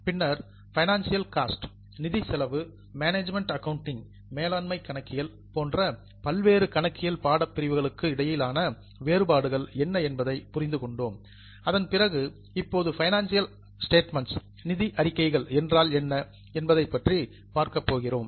பின்னர் financial cost நிதி செலவு மேனேஜ்மென்ட் அக்கவுண்டிங் மேலாண்மை கணக்கியல் போன்ற பல்வேறு கணக்கியல் பாடப்பிரிவுகளுக்கு இடையிலான வேறுபாடுகள் என்ன என்பதை புரிந்து கொண்டோம் அதன் பிறகு இப்போது பைனான்சியல் ஸ்டேட்மெண்ட்ஸ் நிதி அறிக்கைகள் என்றால் என்ன என்பதைப் பற்றி பார்க்கப் போகிறோம்